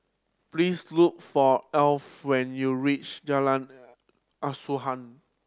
please look for Arlo when you reach Jalan Asuhan